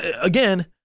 again